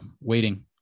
Waiting